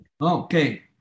Okay